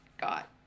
got